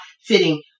fitting